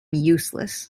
useless